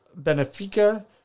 Benfica